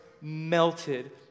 melted